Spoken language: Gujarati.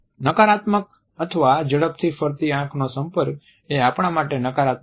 નકારાત્મક અથવા ઝડપથી ફરતી આંખનો સંપર્ક એ આપણા માટે નકારાત્મક છે